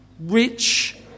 Rich